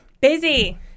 Busy